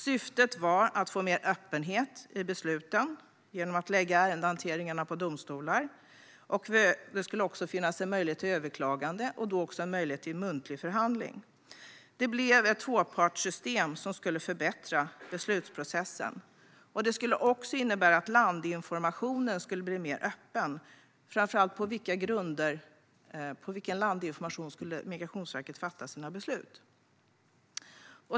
Syftet var att få mer öppenhet i besluten genom att förlägga hanteringen på domstolar. Det skulle också finnas möjlighet till överklagande och till en muntlig förhandling. Det blev ett tvåpartssystem som skulle förbättra beslutsprocessen. Landinformationen skulle också bli mer öppen. Det gällde på vilken landinformation som Migrationsverket skulle fatta sina beslut.